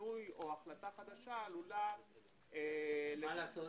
שינוי או החלטה חדשה עלולה להידרש